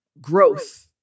growth